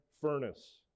furnace